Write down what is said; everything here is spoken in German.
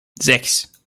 sechs